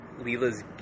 Leela's